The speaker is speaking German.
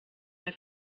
mehr